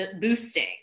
boosting